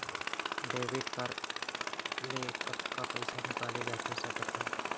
Debit card ले कतका पइसा निकाले जाथे सकत हे?